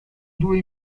due